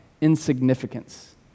insignificance